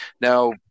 Now